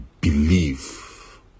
believe